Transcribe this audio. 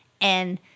and-